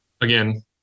Again